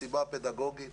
הסיבה הפדגוגית.